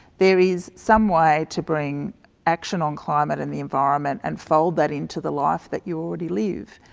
there is some way to bring action on climate in the environment and fold that into the life that you already leave.